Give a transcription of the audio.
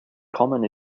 common